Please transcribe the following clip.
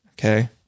Okay